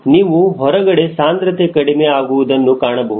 ನೀವು ಹೊರಗಡೆ ಸಾಂದ್ರತೆ ಕಡಿಮೆ ಆಗುವುದನ್ನು ಕಾಣಬಹುದು